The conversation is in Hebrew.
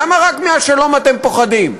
למה רק מהשלום אתם פוחדים?